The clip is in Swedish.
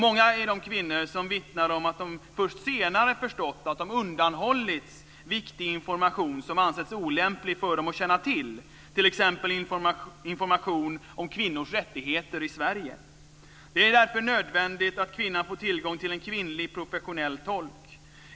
Många kvinnor vittnar om att de först senare har förstått att de undanhållits viktig information som ansetts olämplig för dem att känna till, t.ex. information rörande kvinnors rättigheter i Sverige. Det är därför nödvändigt att kvinnan får tillgång till en kvinnlig, professionell tolk.